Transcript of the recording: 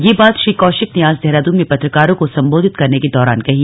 यह बात श्री कौशिक ने आज देहरादून में पत्रकारों को सम्बोधित करने के दौरान कही